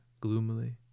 gloomily